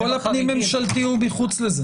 כל הפנים ממשלתי הוא מחוץ לזה.